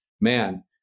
man